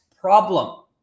problem